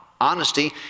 honesty